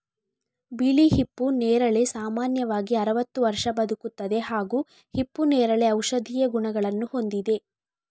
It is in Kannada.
ಬಿಳಿ ಹಿಪ್ಪು ನೇರಳೆ ಸಾಮಾನ್ಯವಾಗಿ ಅರವತ್ತು ವರ್ಷ ಬದುಕುತ್ತದೆ ಹಾಗೂ ಹಿಪ್ಪುನೇರಳೆ ಔಷಧೀಯ ಗುಣಗಳನ್ನು ಹೊಂದಿದೆ